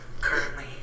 Currently